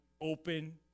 open